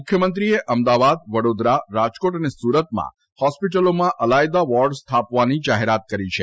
મુખ્યમંત્રીએ અમદાવાદ વડોદરા રાજકોટ અને સુરતમાં હોસ્પિટલોમાં અલાયદા વોર્ડ સ્થાપવાની જાહેરાત કરી છે